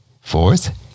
Fourth